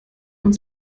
uns